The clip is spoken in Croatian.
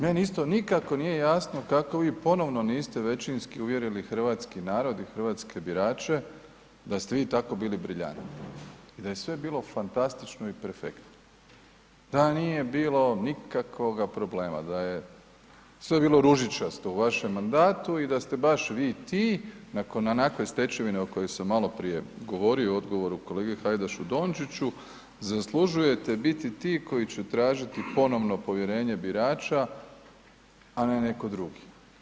Meni isto nikako nije jasno kako vi ponovno niste većinski uvjerili hrvatski narod i hrvatske birače da ste vi tako bili briljantni i da je sve bilo fantastično i perfektno, da nije bilo nikakvoga problema, da je sve bilo ružičasto u vašem mandatu i da ste baš vi ti nakon onakve stečevine o kojoj sam maloprije govorio u odgovoru kolegi Hajdašu Dončiću, zaslužujete biti ti koji će tražiti ponovno povjerenje birača, a netko drugi.